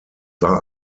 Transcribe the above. war